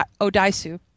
odaisu